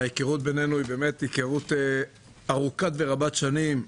ההיכרות בינינו ארוכה ורבת שנים.